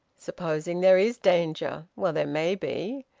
supposing there is danger? well, there may be.